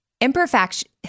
Imperfection